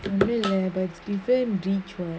ஒன்னு இல்ல:onnu illa but stipan rich [what]